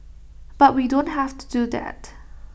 but we don't have to do that